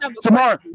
Tomorrow